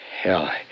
Hell